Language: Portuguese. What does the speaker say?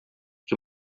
que